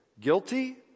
Guilty